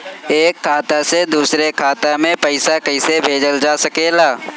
एक खाता से दूसरे खाता मे पइसा कईसे भेजल जा सकेला?